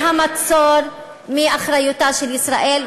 את המצור מאחריותה של ישראל,